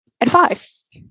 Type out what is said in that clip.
advice